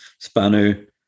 Spanu